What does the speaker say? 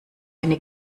eine